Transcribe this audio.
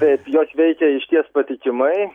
bet jos veikia išties patikimai